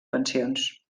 pensions